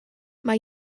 mae